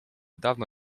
dawno